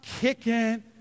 kicking